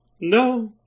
No